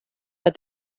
but